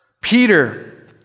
Peter